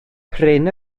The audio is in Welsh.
prin